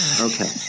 Okay